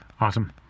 Awesome